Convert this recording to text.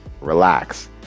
relax